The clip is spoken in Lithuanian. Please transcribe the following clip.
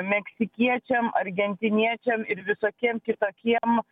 meksikiečiam argentiniečiam ir visokiem kitokiem